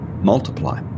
multiply